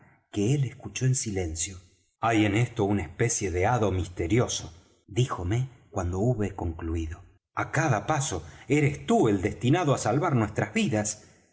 que él escuchó en silencio hay en esto una especie de hado misterioso díjome cuando hube concluido á cada paso eres tú el destinado á salvar nuestras vidas